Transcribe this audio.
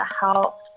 help